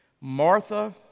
Martha